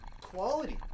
quality